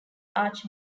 arch